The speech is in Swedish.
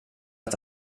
att